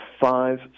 five